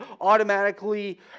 automatically